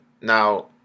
Now